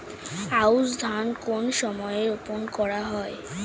আউশ ধান কোন সময়ে রোপন করা হয়?